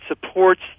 supports